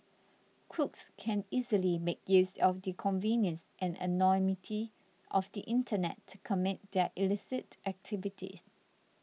crooks can easily make use of the convenience and anonymity of the internet to commit their illicit activities